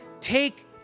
take